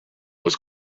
was